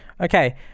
Okay